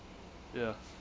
ya